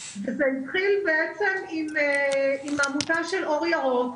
זה התחיל בעצם עם העמותה של אור ירוק,